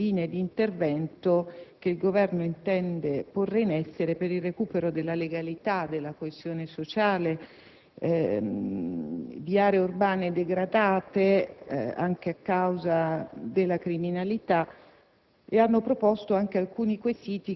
di considerazione delle linee d'intervento che il Governo intende porre in essere per il recupero della legalità e della coesione sociale di aree urbane degradate, anche a causa della criminalità,